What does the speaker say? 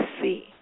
see